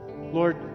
Lord